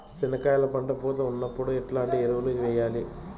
చెనక్కాయలు పంట పూత ఉన్నప్పుడు ఎట్లాంటి ఎరువులు వేయలి?